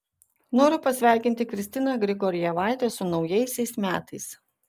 noriu pasveikinti kristiną grigorjevaitę su naujaisiais metais